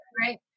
Right